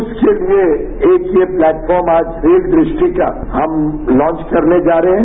उसके लिए एक ये प्लेटफॉर्म आज रेल दृष्टि का हम लॉच करने जा रहे हैं